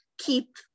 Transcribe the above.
keep